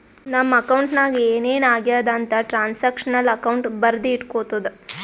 ನಮ್ ಅಕೌಂಟ್ ನಾಗ್ ಏನ್ ಏನ್ ಆಗ್ಯಾದ ಅಂತ್ ಟ್ರಾನ್ಸ್ಅಕ್ಷನಲ್ ಅಕೌಂಟ್ ಬರ್ದಿ ಇಟ್ಗೋತುದ